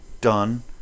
done